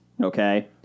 okay